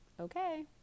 Okay